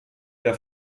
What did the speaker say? der